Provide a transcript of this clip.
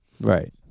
right